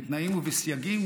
בתנאים ובסייגים